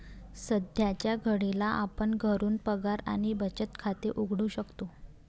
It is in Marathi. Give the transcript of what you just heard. सध्याच्या घडीला आपण घरून पगार आणि बचत खाते उघडू शकतो